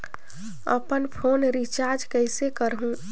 अपन phone recharge कइसे करहु?